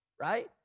right